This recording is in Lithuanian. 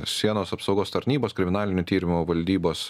sienos apsaugos tarnybos kriminalinių tyrimų valdybos